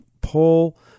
Pull